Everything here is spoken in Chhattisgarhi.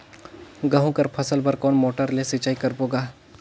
गहूं कर फसल बर कोन मोटर ले सिंचाई करबो गा?